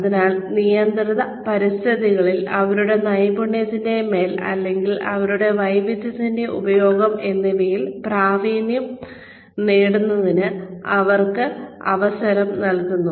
അതിനാൽ നിയന്ത്രിത പരിതസ്ഥിതികളിൽ അവരുടെ നൈപുണ്യത്തിന്റെ മേൽ അല്ലെങ്കിൽ അവരുടെ വൈദഗ്ധ്യത്തിന്റെ ഉപയോഗം എന്നിവയിൽ പ്രാവീണ്യം നേടുന്നതിന് അവർക്ക് അവസരം നൽകുന്നു